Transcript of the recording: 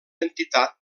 entitat